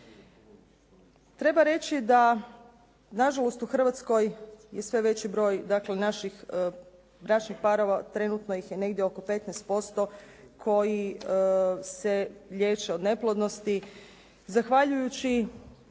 Treba reći da nažalost u Hrvatskoj je sve veći broj dakle naših bračnih parova, trenutno ih je negdje oko 15% koji se liječe od neplodnosti zahvaljujući